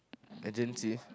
I didn't see